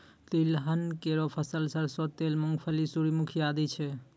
तिलहन केरो फसल सरसों तेल, मूंगफली, सूर्यमुखी आदि छै